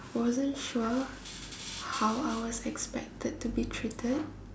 wasn't sure how I was expected to be treated